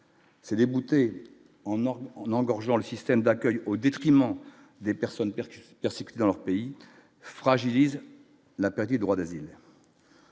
Ces déboutés en or l'engorgement, le système d'accueil au détriment des personnes percutées persécutés dans leur pays, fragilise la paix du droit d'asile.